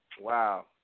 Wow